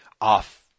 off